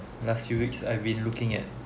last few weeks I've been looking at